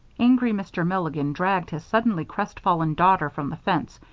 angry mr. milligan dragged his suddenly crestfallen daughter from the fence,